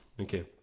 Okay